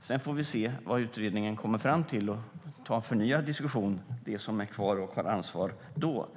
Sedan får vi se vad utredningen kommer fram till och ta en förnyad diskussion med dem som är kvar och har ansvar då.